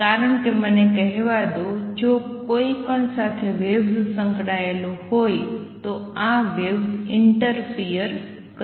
કારણ કે હવે મને કહેવા દો જો કોઈ કણ સાથે વેવ્સ સંકળાયેલ હોય તો આ વેવ્સ ઈંટરફિયર કરી શકે છે